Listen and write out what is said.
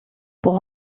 pour